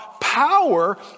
power